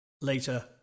Later